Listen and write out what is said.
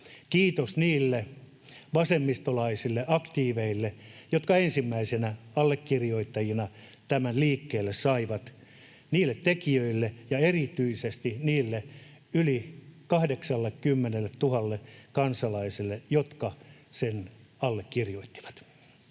Kiitos niille vasemmistolaisille aktiiveille, jotka ensimmäisenä allekirjoittajina tämän liikkeelle saivat, niille tekijöille ja erityisesti niille yli 80 000 kansalaiselle, jotka sen allekirjoittivat. [Speech